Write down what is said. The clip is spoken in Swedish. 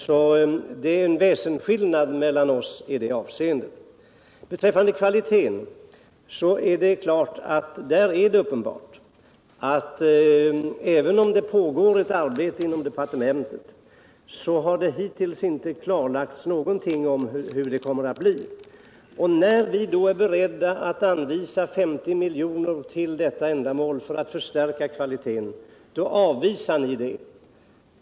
Det är alltså en väsensskillnad mellan oss i det avseendet. Beträffande kvaliteten är det uppenbart att även om det pågår ett arbete inom departementet så har det hittills inte klarlagts hur det kommer att bli. När vi då är beredda att anvisa 50 milj.kr. för att förstärka kvaliteten avvisar ni det förslaget.